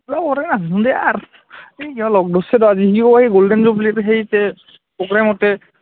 ৰ বৰ আহোঁদে আৰ এই সিয় লগ ধৰছে ৰ আজি সিঅ এই গ'ল্ডেন জুবলীতে সেই যে প্ৰগ্ৰেমতে